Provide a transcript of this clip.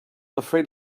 afraid